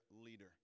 leader